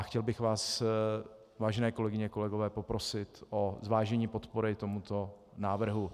Chtěl bych vás, vážené kolegyně, kolegové, poprosit o zvážení podpory tomuto návrhu.